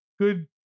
Good